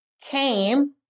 came